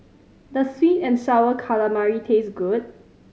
does sweet and Sour Calamari taste good